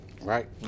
Right